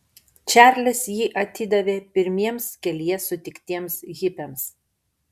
čarlis jį atidavė pirmiems kelyje sutiktiems hipiams